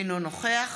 אינו נוכח